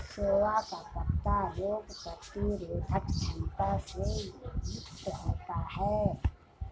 सोआ का पत्ता रोग प्रतिरोधक क्षमता से युक्त होता है